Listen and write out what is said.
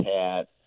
hat